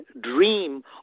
dream